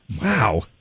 Wow